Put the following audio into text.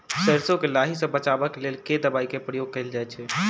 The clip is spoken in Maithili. सैरसो केँ लाही सऽ बचाब केँ लेल केँ दवाई केँ प्रयोग कैल जाएँ छैय?